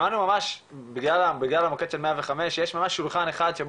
שמענו ממש בגלל המוקד של 105 שיש ממש ולכן שם